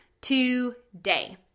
today